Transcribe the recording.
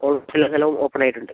ഓ എല്ലാ സ്ഥലവും ഓപ്പൺ ആയിട്ടുണ്ട്